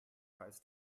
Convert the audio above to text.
falls